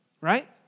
right